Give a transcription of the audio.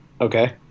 Okay